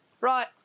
Right